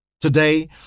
Today